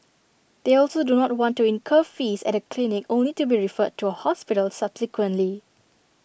they also do not want to incur fees at A clinic only to be referred to A hospital subsequently